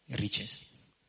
riches